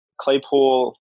Claypool